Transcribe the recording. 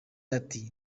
ati